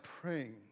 praying